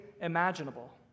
imaginable